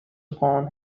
upon